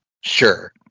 Sure